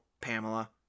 Pamela